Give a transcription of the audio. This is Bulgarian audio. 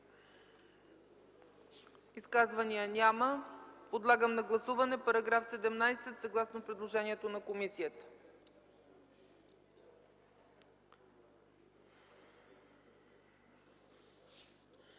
Изказвания? Няма. Подлагам на гласуване § 17 съгласно предложението на комисията.